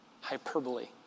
Hyperbole